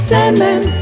Sandman